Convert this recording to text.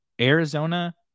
Arizona